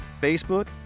Facebook